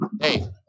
hey